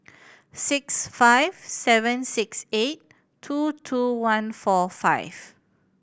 six five seven six eight two two one four five